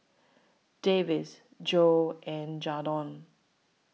Davis Jo and Jadon